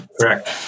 Correct